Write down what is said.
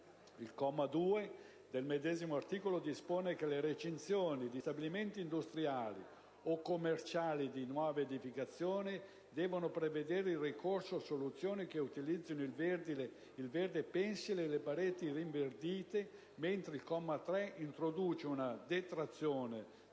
Il comma 2 del medesimo articolo dispone che le recinzioni di stabilimenti industriali o commerciali di nuova edificazione devono prevedere il ricorso a soluzioni che utilizzino il verde pensile e le pareti rinverdite. Il comma 3 introduce una detrazione